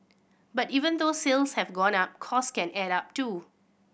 but even though sales have gone up costs can add up too